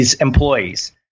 employees